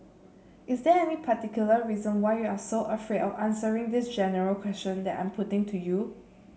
is there any particular reason why you are so afraid of answering this general question that I'm putting to you